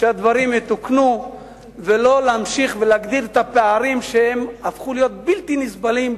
שהדברים יתוקנו ולא ימשיכו ויגדילו את הפערים שהפכו להיות בלתי נסבלים,